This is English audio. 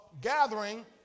gathering